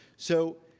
so,